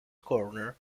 corner